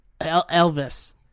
Elvis